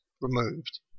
removed